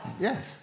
Yes